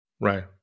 Right